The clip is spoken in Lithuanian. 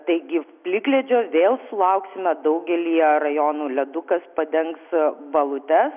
taigi plikledžio vėl lauksime daugelyje rajonų ledukas padengs balutes